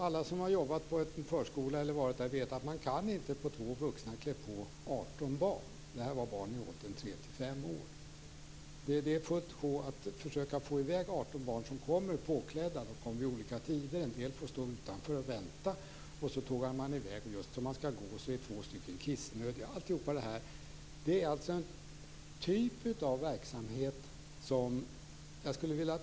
Alla som har jobbat på en förskola vet att två vuxna inte kan klä på 18 barn i åldern 3-5 år. Man har fullt sjå med att försöka att få iväg 18 barn som kommer påklädda. De kommer vid olika tider och en del får stå utanför och vänta. Så tågar man i väg, och just som man skall gå är det två stycken som är kissnödiga.